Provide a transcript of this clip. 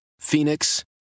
phoenix